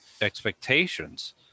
expectations